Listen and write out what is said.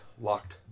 locked